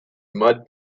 mud